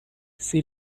she